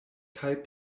kaj